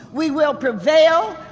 we will prevail.